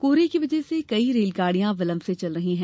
कोहरे की वजह से कई रेलगाड़ियां विलंब से चल रही है